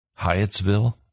Hyattsville